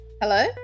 Hello